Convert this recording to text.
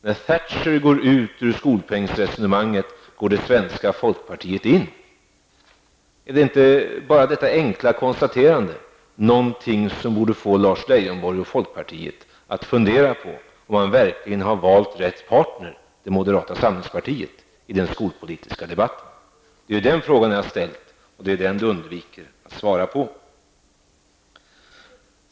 När Thatcher går ut ur skolpengsresonemanget, går det svenska folkpartiet in. Är inte detta enkla konstaterande någonting som borde få Lars Leijonborg och folkpartiet att fundera på om man verkligen har valt rätt partner när man valt moderata samlingspartiet i den skolpolitiska debatten. Det är den frågan jag har ställt och det är den som Lars Leijonborg undviker att svara på.